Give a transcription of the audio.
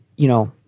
you know,